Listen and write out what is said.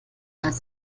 als